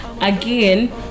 Again